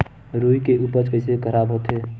रुई के उपज कइसे खराब होथे?